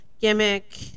gimmick